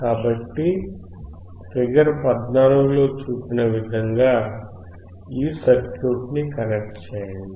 కాబట్టి ఫిగర్ 14 లో చూపిన విధంగా ఈ సర్క్యూట్ను కనెక్ట్ చేయండి